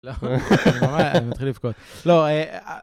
אני מתחיל לבכות. לא